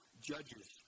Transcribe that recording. Judges